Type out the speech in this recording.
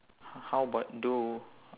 how about though